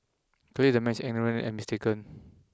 clearly the man is ignorant and mistaken